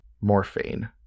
Morphine